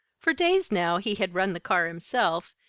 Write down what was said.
for days now he had run the car himself,